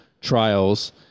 trials